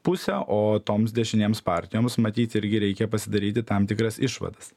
pusę o toms dešinėms partijoms matyt irgi reikia pasidaryti tam tikras išvadas